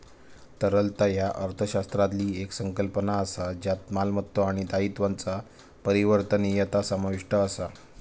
तरलता ह्या अर्थशास्त्रातली येक संकल्पना असा ज्यात मालमत्तो आणि दायित्वांचा परिवर्तनीयता समाविष्ट असा